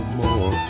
more